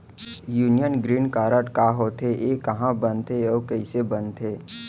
Union green card का होथे, एहा कहाँ बनथे अऊ कइसे बनथे?